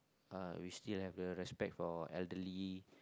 uh we still have the respect for elderly